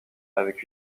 avec